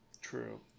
True